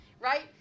right